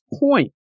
point